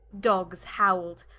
dogs howl'd,